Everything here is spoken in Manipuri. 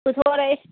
ꯄꯨꯊꯣꯔꯛꯑꯦ